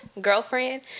girlfriend